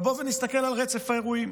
אבל בואו נסתכל על רצף האירועים